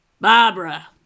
Barbara